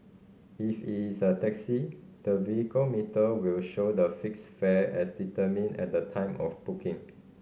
if it is a taxi the vehicle meter will show the fixed fare as determined at the time of booking